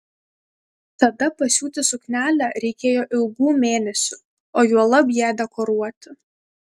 tada pasiūti suknelę reikėjo ilgų mėnesių o juolab ją dekoruoti